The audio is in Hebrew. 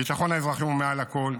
ביטחון האזרחים הוא מעל הכול.